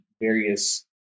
various